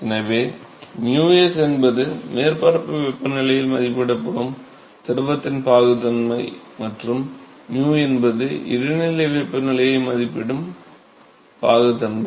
எனவே 𝝻s என்பது மேற்பரப்பு வெப்பநிலையில் மதிப்பிடப்படும் திரவத்தின் பாகுத்தன்மை மற்றும் 𝝻 என்பது இடைநிலை வெப்பநிலையில் மதிப்பிடப்படும் பாகுத்தன்மை